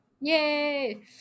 Yay